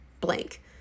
blank